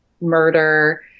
murder